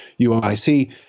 UIC